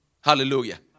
Hallelujah